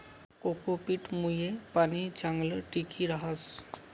cocopeat मुये पाणी चांगलं टिकी रहास